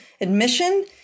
admission